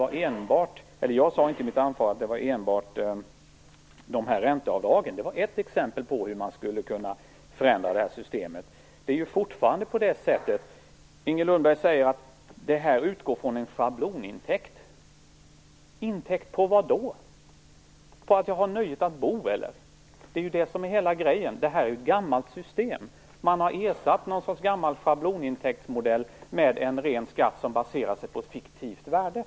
I mitt anförande sade jag inte att det enbart var fråga om ränteavdragen. Det var bara ett exempel på hur man skulle kunna förändra systemet. Inger Lundberg sade att taxeringsvärdet utgår från en shablonintäkt. Intäkt på vad? På nöjet att bo? Det är det som är hela grejen. Detta är ett gammalt system. Man har ersatt en gammal schablonintäktsmodell med en ren skatt som baserar sig på ett fiktivt värde.